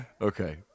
Okay